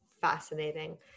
fascinating